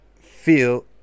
feel